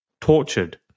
tortured